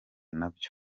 nabyo